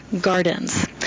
Gardens